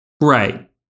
Right